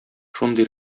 шундый